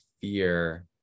fear